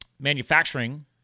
manufacturing